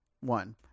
one